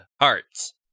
hearts